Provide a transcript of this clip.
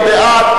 מי בעד?